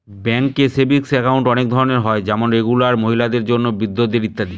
ব্যাঙ্কে savings account অনেক ধরনের হয় যেমন রেগুলার, মহিলাদের জন্য, বৃদ্ধদের ইত্যাদি